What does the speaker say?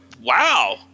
Wow